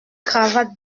cravates